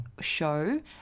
Show